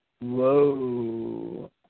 whoa